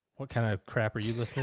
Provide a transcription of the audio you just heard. what kind of crap are you looking